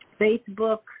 Facebook